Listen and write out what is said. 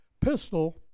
pistol